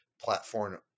platform